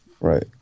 Right